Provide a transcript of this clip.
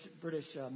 British